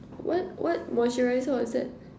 what what moisturizer was that